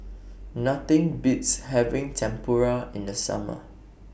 Nothing Beats having Tempura in The Summer